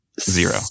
zero